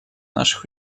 наших